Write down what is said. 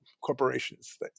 corporations